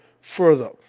further